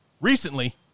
recently